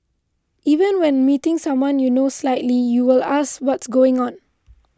even when meeting someone you know slightly you would ask what's going on